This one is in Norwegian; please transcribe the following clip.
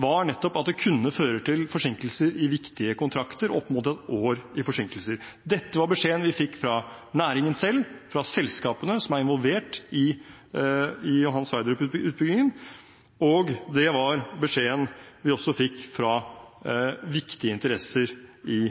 var nettopp at det kunne føre til forsinkelser i viktige kontrakter, opp mot ett år i forsinkelser. Dette var beskjeden vi fikk fra næringen selv, fra selskapene som er involvert i Johan Sverdrup-utbyggingen, og det var beskjeden vi også fikk fra viktige interesser i